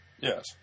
Yes